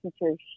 teachers